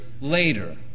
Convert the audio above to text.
later